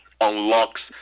unlocks